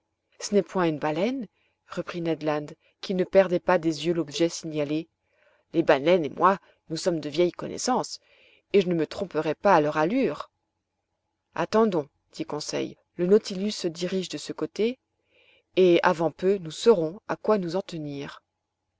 ce n'est point une baleine reprit ned land qui ne perdait pas des yeux l'objet signalé les baleines et moi nous sommes de vieilles connaissances et je ne me tromperais pas à leur allure attendons dit conseil le nautilus se dirige de ce côté et avant peu nous saurons à quoi nous en tenir